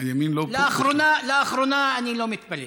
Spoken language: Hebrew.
הימין לא, לאחרונה אני לא מתפלא.